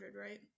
right